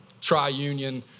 triunion